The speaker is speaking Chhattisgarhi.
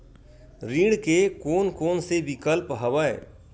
ऋण के कोन कोन से विकल्प हवय?